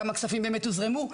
כמה כספים הוזרמו,